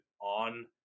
on